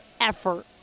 effort